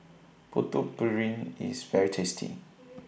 Putu Piring IS very tasty